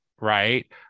right